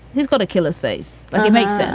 he's got a killer's face. like, it makes yeah